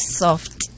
soft